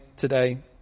today